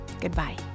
goodbye